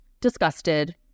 disgusted